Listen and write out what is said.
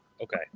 okay